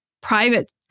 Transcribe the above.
private